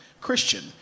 Christian